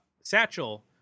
satchel